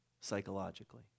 psychologically